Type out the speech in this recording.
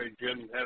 Jim